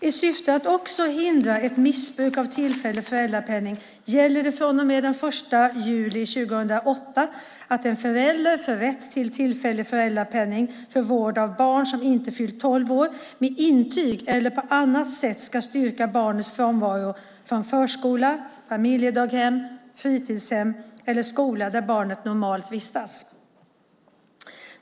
I syfte att hindra ett missbruk av tillfällig föräldrapenning gäller från och med den 1 juli 2008 att en förälder, för rätt till tillfällig föräldrapenning för vård av barn som inte har fyllt tolv år, med intyg eller på annat sätt ska styrka barnets frånvaro från förskola, familjedaghem, fritidshem eller skola där barnet normalt vistas.